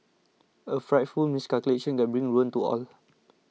a frightful miscalculation can bring ruin to all